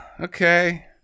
Okay